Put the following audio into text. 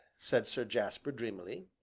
said sir jasper dreamily.